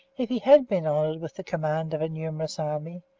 if he had been honoured with the command of a numerous army,